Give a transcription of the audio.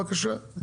בבקשה,